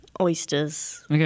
Oysters